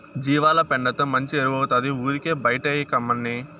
జీవాల పెండతో మంచి ఎరువౌతాది ఊరికే బైటేయకమ్మన్నీ